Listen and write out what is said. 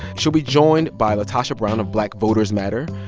she'll be joined by latosha brown of black voters matter,